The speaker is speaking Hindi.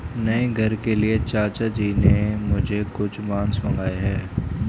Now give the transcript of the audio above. नए घर के लिए चाचा जी ने मुझसे कुछ बांस मंगाए हैं